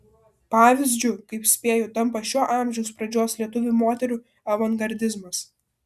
pavyzdžiu kaip spėju tampa šio amžiaus pradžios lietuvių moterų avangardizmas